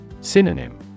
Synonym